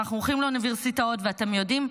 ואנחנו הולכים לאוניברסיטאות, ואתם יודעים?